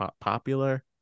popular